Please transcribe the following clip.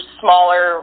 smaller